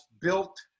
built